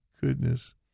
goodness